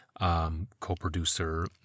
co-producer